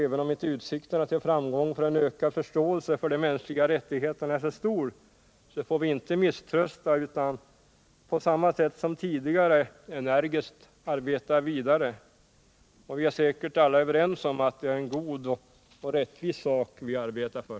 Även om inte utsikterna för en ökad förståelse för de mänskliga rättigheterna är så stora, får vi inte misströsta utan på samma sätt som tidigare energiskt arbeta vidare. Vi är säkert alla överens om att det är en god och rättvis sak vi arbetar för.